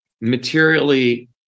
materially